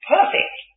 Perfect